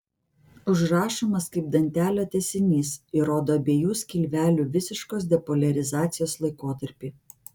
užrašomas kaip dantelio tęsinys ir rodo abiejų skilvelių visiškos depoliarizacijos laikotarpį